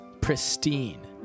pristine